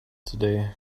today